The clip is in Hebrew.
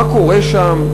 מה קורה שם?